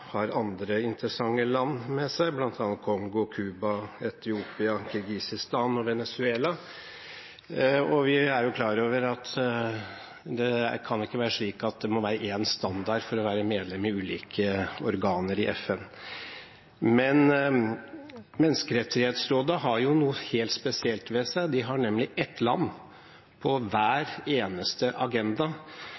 har andre interessante land med seg, bl.a. Kongo, Cuba, Etiopia, Kirgisistan og Venezuela. Vi er jo klar over at det ikke kan være slik at det må være én standard for å være medlem i ulike organer i FN. Men Menneskerettighetsrådet har jo noe helt spesielt ved seg. De har nemlig ett land på hver